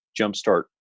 jumpstart